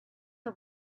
are